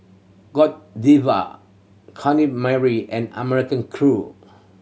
Godiva Mary and American Crew